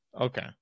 Okay